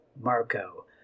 Marco